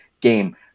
game